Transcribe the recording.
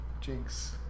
Jinx